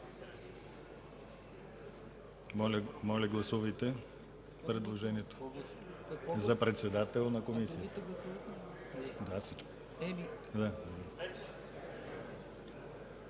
Гласуваме предложението за председател на Комисията